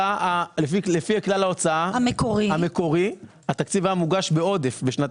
לפי כלל ההוצאה המקורי התקציב היה מוגש בעודף בשנת